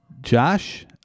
Josh